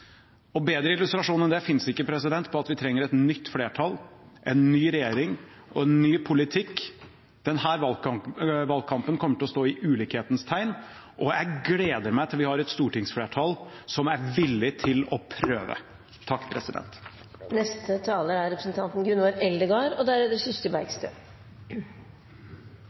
Bedre illustrasjon enn det fins ikke på at vi trenger et nytt flertall, en ny regjering og en ny politikk. Denne valgkampen kommer til å stå i ulikhetens tegn. Jeg gleder meg til vi har et stortingsflertall som er villig til å prøve. Utdanning er avgjerande for å skapa eit samfunn med moglegheiter for alle, for arbeid til alle og